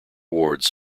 wards